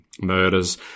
murders